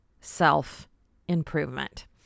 self-improvement